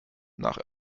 nach